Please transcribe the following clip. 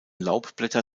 laubblätter